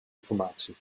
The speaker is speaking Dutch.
informatie